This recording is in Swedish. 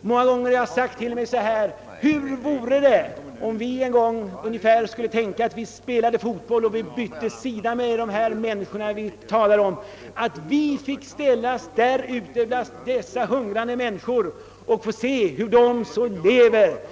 Många gånger har jag frågat mig: Hur vore det om vi föreställde oss att vi en gång liksom då man spelar fotboll skulle byta sida med dessa människor som vi talar om, så att vi finge stå där bland dessa hungrande människor och se hur de lever?